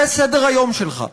זה סדר-היום שלך.